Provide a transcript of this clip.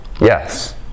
Yes